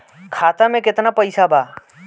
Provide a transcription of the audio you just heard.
खाता में केतना पइसा बा?